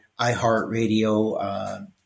iHeartRadio